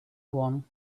one